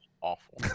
awful